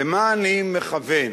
למה אני מכוון?